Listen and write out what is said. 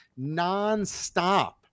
nonstop